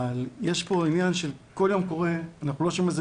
יש פה עניין שאנחנו לא שומעים את